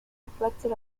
reflected